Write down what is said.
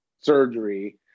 surgery